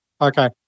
Okay